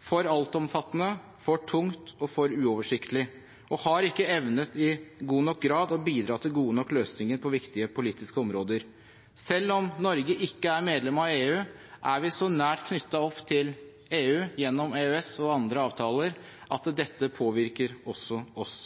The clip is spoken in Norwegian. for altomfattende, for tung og uoversiktlig og har ikke evnet i god nok grad å bidra til gode nok løsninger på viktige politiske områder. Selv om Norge ikke er medlem av EU, er vi så nært knyttet opp til EU gjennom EØS-avtalen og andre avtaler at dette påvirker også oss.